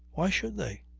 why should they?